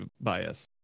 bias